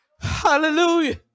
hallelujah